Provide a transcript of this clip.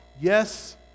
yes